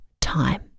time